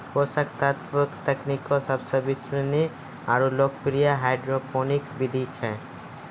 पोषक तत्व तकनीक सबसे विश्वसनीय आरु लोकप्रिय हाइड्रोपोनिक विधि छै